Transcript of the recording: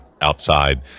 outside